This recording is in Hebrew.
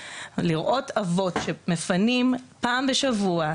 לראות אבות שמפנים זמן פעם בשבוע,